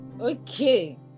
Okay